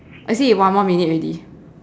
I see it's one more minute already